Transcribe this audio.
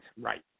Right